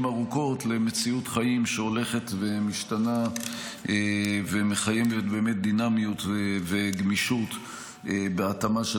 ארוכות למציאות חיים שהולכת ומשתנה ומחייבת דינמיות וגמישות בהתאמה של